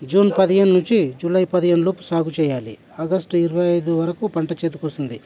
June పదిహేను నుంచి July పదిహేను లోపు సాగు చేయాలి ఆగస్టు ఇరవై ఐదు వరకు పంట చేతికి వస్తుంది